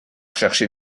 chercher